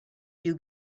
you